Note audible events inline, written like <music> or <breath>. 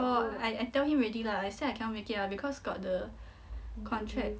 ah I I tell him already lah I say cannot make it lah because got the <breath> contract